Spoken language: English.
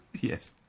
Yes